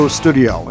studio